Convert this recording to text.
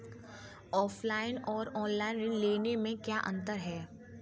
Offline और online ऋण लेने में क्या अंतर है?